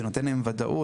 זה נותן להם ודאות.